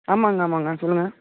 ஆமாங்க ஆமாங்க சொல்லுங்கள்